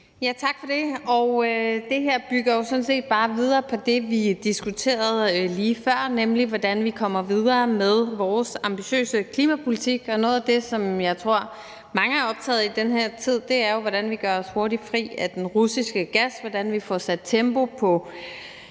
Tak for det. Det her bygger jo sådan set bare videre på det, vi diskuterede lige før, nemlig hvordan vi kommer videre med vores ambitiøse klimapolitik. Noget af det, som jeg tror mange er optaget af i den her tid, er jo, hvordan vi gør os hurtigt fri af den russiske gas, hvordan vi får sat tempo på